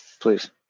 please